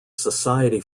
society